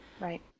Right